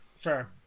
Sure